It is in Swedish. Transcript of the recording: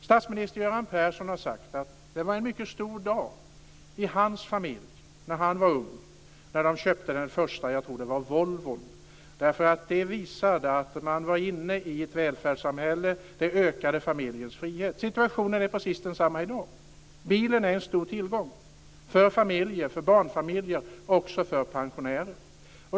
Statsminister Göran Persson har sagt att det var en mycket stor dag i hans familj när han var ung och man köpte sin första bil - jag tror att det var en Volvo. Det visade att man var inne i ett välfärdssamhälle. Det ökade familjens frihet. Situationen är precis densamma i dag. Bilen är en stor tillgång - för familjer, för barnfamiljer och också för pensionärer.